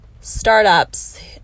startups